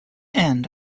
end